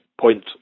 point